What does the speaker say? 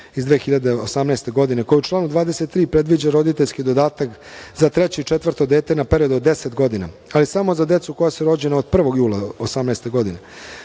iz 2018. godine koji u članu 23. predviđa roditeljski dodatak za treće i četvrto dete na period od 10 godina, ali samo za decu koja su rođena od 1. jula 2018. godine,